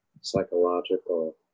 psychological